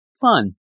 fun